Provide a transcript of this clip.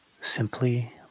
simply